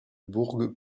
bourg